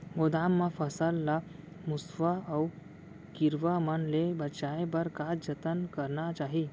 गोदाम मा फसल ला मुसवा अऊ कीरवा मन ले बचाये बर का जतन करना चाही?